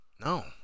No